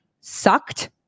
sucked